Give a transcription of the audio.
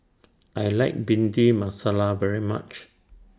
I like Bhindi Masala very much